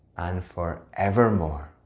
and for evermore.